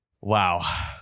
Wow